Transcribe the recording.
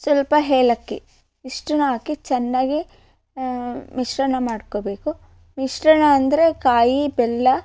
ಸ್ವಲ್ಪ ಏಲಕ್ಕಿ ಇಷ್ಟನೂ ಹಾಕಿ ಚೆನ್ನಾಗಿ ಮಿಶ್ರಣ ಮಾಡ್ಕೊಳ್ಬೇಕು ಮಿಶ್ರಣ ಅಂದರೆ ಕಾಯಿ ಬೆಲ್ಲ